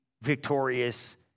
victorious